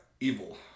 Evil